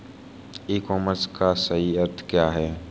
ई commerce का सही अर्थ क्या है?